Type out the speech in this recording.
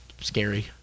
scary